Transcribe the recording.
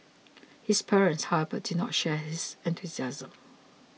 his parents however did not share his enthusiasm